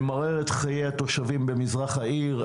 ממרר את חיי התושבים במזרח העיר,